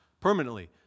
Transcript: Permanently